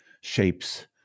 shapes